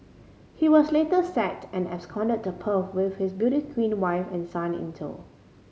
he was later sacked and absconded to Perth with his beauty queen wife and son in tow